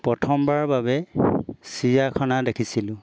প্ৰথমবাৰৰ বাবে চিৰিয়াখানা দেখিছিলোঁ